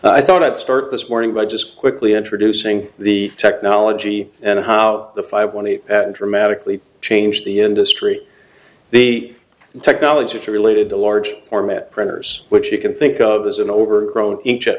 i thought i'd start this morning by just quickly introducing the technology and how the five want to dramatically change the industry the technology to related to large format printers which you can think of as an overgrown